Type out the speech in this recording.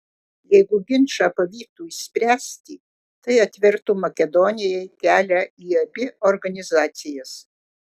jeigu ginčą pavyktų išspręsti tai atvertų makedonijai kelią į abi organizacijas